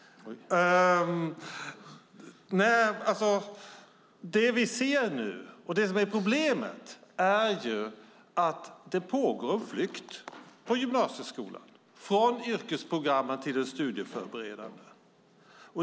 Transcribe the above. Det vi ser nu och som är problemet är att det på gymnasieskolan pågår en flykt från yrkesprogrammen till de studieförberedande programmen.